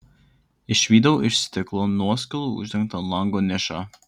išvydau iš stiklo nuoskilų uždengtą lango nišą